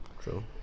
True